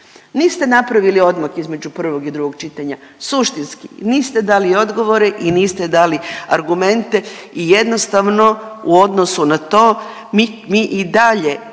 Niste napravili odmak između prvog i drugog čitanja suštinski, niste dali odgovore i niste dali argumente i jednostavno u odnosu na to mi, mi i dalje